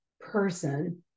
person